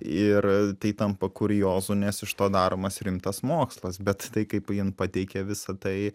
ir tai tampa kuriozu nes iš to daromas rimtas mokslas bet tai kaip jin pateikė visa tai